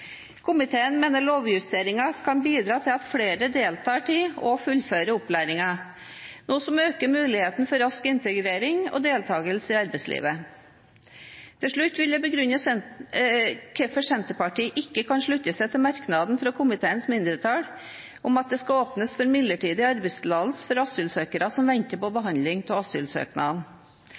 Komiteen mener lovjusteringen kan bidra til at flere deltar i og fullfører opplæringen, noe som øker muligheten for rask integrering og deltakelse i arbeidslivet. Til slutt vil jeg begrunne hvorfor Senterpartiet ikke kan slutte seg til merknaden fra komiteens mindretall om at det skal åpnes for midlertidig arbeidstillatelse for asylsøkere som venter på